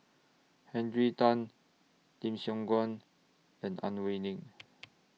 Henry Tan Lim Siong Guan and Ang Wei Neng